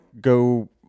go